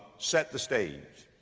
set the stage.